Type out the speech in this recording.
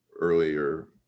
earlier